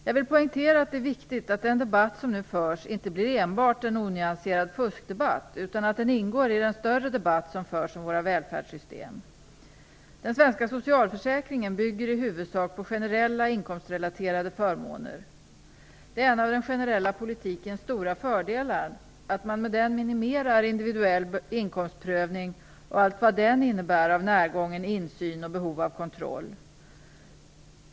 Jag vill poängtera att det är viktigt att den debatt som nu förs inte blir enbart en onyanserad fuskdebatt, utan att den ingår i den större debatt som förs om våra välfärdssystem. Den svenska socialförsäkringen bygger i huvudsak på generella, inkomstrelaterade förmåner. Det är en av den generella politikens stora fördelar att man med den minimerar individuell inkomstprövning med allt vad en sådan innebär av närgången insyn och behov av kontroll.